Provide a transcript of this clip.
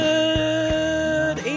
Good